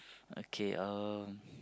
okay um